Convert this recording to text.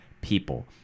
people